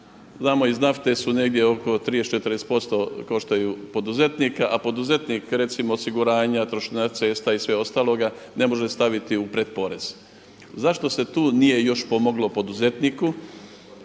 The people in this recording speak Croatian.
znamo iz nafte su negdje oko 30, 30% koštaju poduzetnika, a poduzetnik recimo osiguranja, trošarina cesta i svega ostaloga ne može staviti u pretporez. Zašto se tu nije još pomoglo poduzetniku?